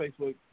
Facebook